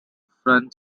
front